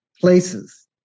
places